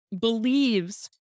believes